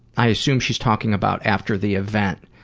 i assume she's talking about after the event.